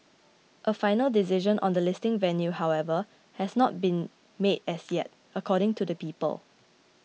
a final decision on the listing venue however has not been made as yet according to the people